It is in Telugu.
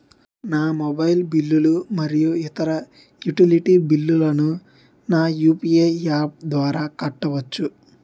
నేను నా మొబైల్ బిల్లులు మరియు ఇతర యుటిలిటీ బిల్లులను నా యు.పి.ఐ యాప్ ద్వారా కట్టవచ్చు